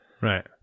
Right